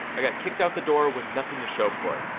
i got kicked out the door with nothing to show for it,